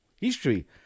history